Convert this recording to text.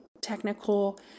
technical